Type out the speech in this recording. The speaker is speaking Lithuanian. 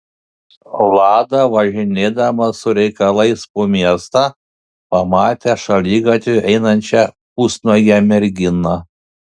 lada važinėdamas su reikalais po miestą pamatė šaligatviu einančią pusnuogę merginą